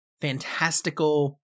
fantastical